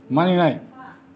मानिनाय